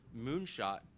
moonshot